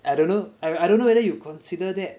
I don't know I don't know whether you consider that